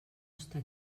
està